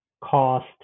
cost